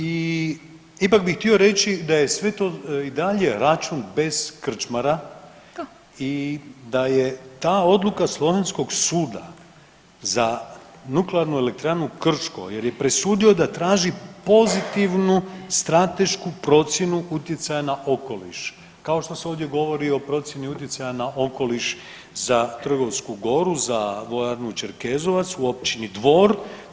Ipak bih htio reći da je sve to i dalje račun bez krčmara i da je ta odluka slovenskog suda za nuklearnu elektranu Krško, jer je presudio da traži pozitivnu stratešku procjenu utjecaja na okoliš kao što se ovdje govori i o procjeni utjecaja na okoliš za Trbovsku goru, za vojarnu Čerkezovac u općini Dvor.